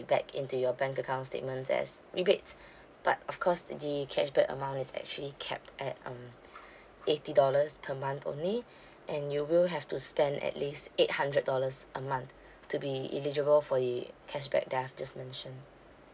back into your bank account statements as rebates but of course the cashback amount is actually capped at um eighty dollars per month only and you will have to spend at least eight hundred dollars a month to be eligible for the cashback that I've just mentioned